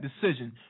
decision